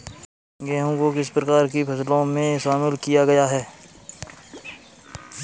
गेहूँ को किस प्रकार की फसलों में शामिल किया गया है?